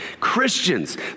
Christians